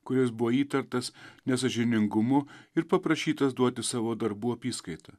kuris buvo įtartas nesąžiningumu ir paprašytas duoti savo darbų apyskaitą